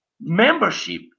membership